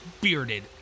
bearded